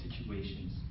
situations